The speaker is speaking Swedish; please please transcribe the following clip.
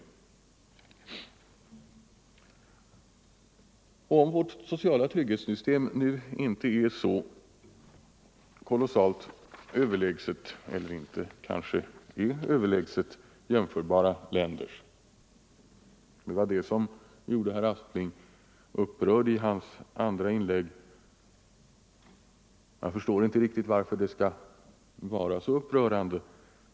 Antagandet att vårt sociala trygghetssystem måhända inte är så oerhört överlägset eller kanske inte alls överlägset jämförbara länders gjorde herr Aspling upprörd i hans andra inlägg. Jag förstår inte riktigt varför det skall vara så upprörande.